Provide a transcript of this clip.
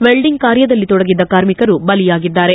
welding ಕಾರ್ಯದಲ್ಲಿ ತೊಡಗಿದ್ದ ಕಾರ್ಮಿಕರು ಬಲಿಯಾಗಿದ್ದಾರೆ